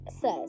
says